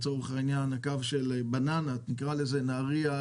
הבננה של נהרייה,